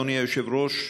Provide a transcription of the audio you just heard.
אדוני היושב-ראש,